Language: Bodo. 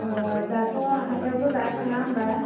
ओ दाथ' हाथायावथ' दा थाङा होनबा